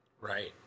Right